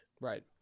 Right